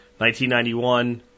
1991